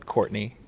Courtney